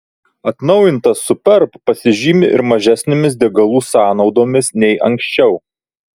atnaujintas superb pasižymi ir mažesnėmis degalų sąnaudomis nei anksčiau